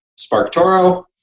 SparkToro